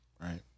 right